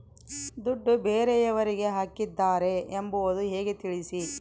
ದುಡ್ಡು ಬೇರೆಯವರಿಗೆ ಹಾಕಿದ್ದಾರೆ ಎಂಬುದು ಹೇಗೆ ತಿಳಿಸಿ?